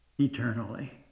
Eternally